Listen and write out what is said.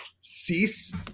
cease